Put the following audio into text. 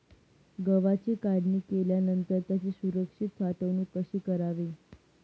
गव्हाची काढणी केल्यानंतर त्याची सुरक्षित साठवणूक कशी करावी?